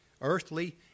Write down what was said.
earthly